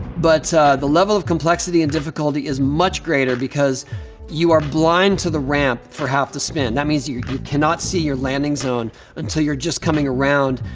but the level of complexity and difficulty is much greater because you are blind to the ramp for half spin. that means you cannot see your landing zone until you're just coming around,